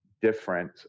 Different